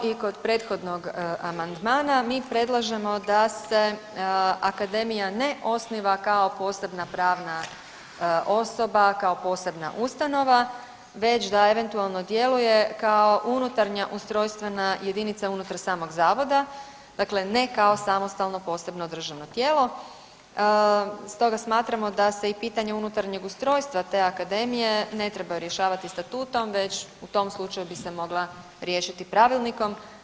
Hvala, kao i kod prethodnog amandmana mi predlažemo da se akademija ne osniva kao posebna pravna osoba, kao posebna ustanova već da eventualno djeluje kao unutarnja ustrojstvena jedinica unutar samog zavoda, dakle ne kao samostalno posebno državno tijelo stoga smatramo da se i pitanje unutarnjeg ustrojstva te akademije ne treba rješavati statuom već u tom slučaju bi se mogla riješiti pravilnikom.